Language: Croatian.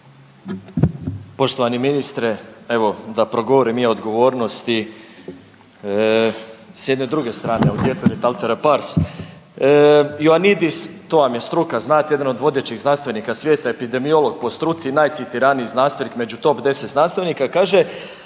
Poštovani ministre. Evo da progovorim i ja o odgovornosti, s jedne druge strane …/Govornik se ne razumije./… Ionnidis, to vam je struka znate jedan od vodećih znanstvenika svijeta epidemiolog po struci, najcitiraniji znanstvenik među top deset znanstvenika kaže